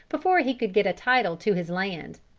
before he could get a title to his land.